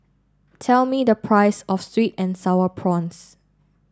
tell me the price of Sweet and Sour Prawns